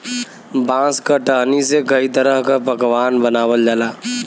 बांस क टहनी से कई तरह क पकवान बनावल जाला